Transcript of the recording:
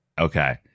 Okay